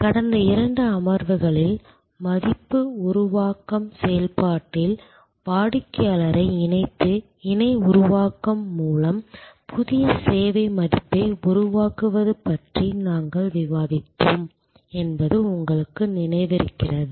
கடந்த இரண்டு அமர்வுகளில் மதிப்பு உருவாக்கும் செயல்பாட்டில் வாடிக்கையாளரை இணைத்து இணை உருவாக்கம் மூலம் புதிய சேவை மதிப்பை உருவாக்குவது பற்றி நாங்கள் விவாதித்தோம் என்பது உங்களுக்கு நினைவிருக்கிறது